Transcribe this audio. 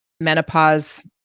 menopause